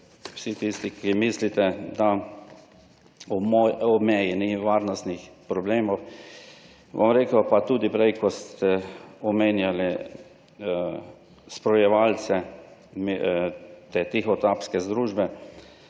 vsi tisti, ki mislite, da ob meji ni varnostnih problemov, bom rekel, pa tudi prej, ko ste omenjali sprojevalce, te tihotapske združbe.